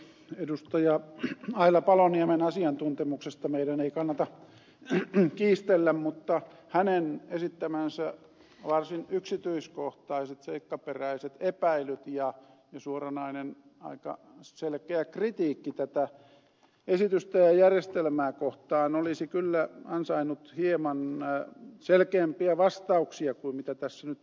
aila paloniemen asiantuntemuksesta meidän ei kannata kiistellä mutta hänen esittämänsä varsin yksityiskohtaiset seikkaperäiset epäilyt ja suoranainen aika selkeä kritiikki tätä esitystä ja järjestelmää kohtaan olisi kyllä ansainnut hieman selkeämpiä vastauksia kuin mitä tässä nyt on kuultu